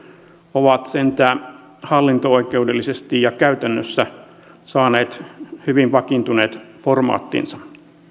ovat sentään hallinto oikeudellisesti ja käytännössä saaneet hyvin vakiintuneet formaattinsa